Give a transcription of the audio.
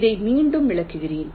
இதை மீண்டும் விளக்குகிறேன்